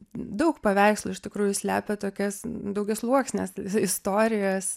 daug paveikslų iš tikrųjų slepia tokias daugiasluoksnes istorijas